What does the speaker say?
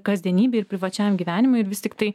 kasdienybei ir privačiam gyvenimui ir vis tiktai